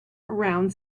around